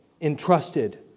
entrusted